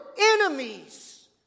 enemies